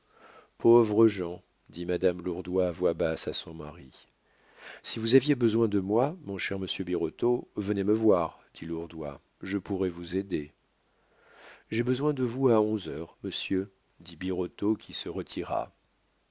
pauvres gens dit madame lourdois à voix basse à son mari si vous aviez besoin de moi mon cher monsieur birotteau venez me voir dit lourdois je pourrais vous aider j'ai besoin de vous à onze heures monsieur dit birotteau qui se retira